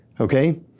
okay